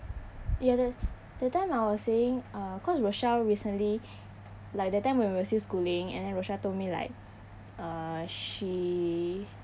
ya that that time I was saying uh cause rochel recently like that time when we were still schooling and then rochel told me like uh she